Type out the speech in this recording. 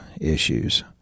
issues